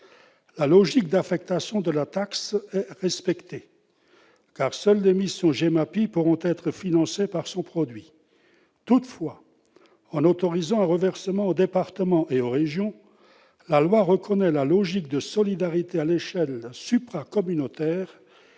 La logique d'affectation de la taxe est respectée, car seules les missions GEMAPI pourront être financées par son produit. Toutefois, en autorisant un reversement aux départements et aux régions, la loi reconnaît la logique de solidarité au niveau supra-communautaire